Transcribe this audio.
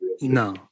No